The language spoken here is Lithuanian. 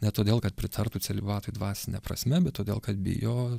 ne todėl kad pritartų celibatui dvasine prasme bet todėl kad bijo